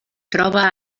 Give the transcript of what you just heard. troba